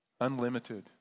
Unlimited